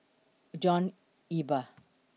John Eber